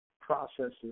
processes